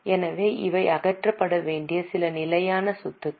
எனவே இவை அகற்றப்பட வேண்டிய சில நிலையான சொத்துக்கள்